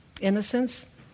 innocence